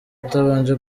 atabanje